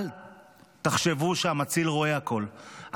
אל תחשבו שהמציל רואה הכול,